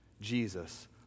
Jesus